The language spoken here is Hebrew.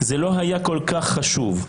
זה לא היה כל כך חשוב.